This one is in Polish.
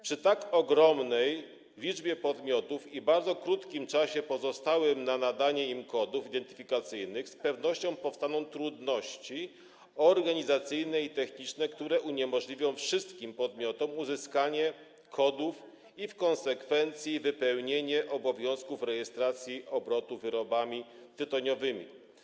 Przy tak ogromnej liczbie podmiotów i bardzo krótkim czasie pozostałym na nadanie im kodów identyfikacyjnych z pewnością powstaną trudności organizacyjne i techniczne, które uniemożliwią wszystkim podmiotom uzyskanie kodów i w konsekwencji wypełnienie obowiązku rejestracji obrotu wyrobami tytoniowymi.